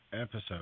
episode